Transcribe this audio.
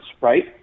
right